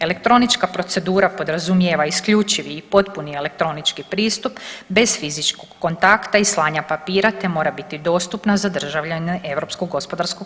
Elektronička procedura podrazumijeva isključivi i potpuni elektronički pristup bez fizičkog kontakta i slanja papira, te mora biti dostupna za državljane EGP.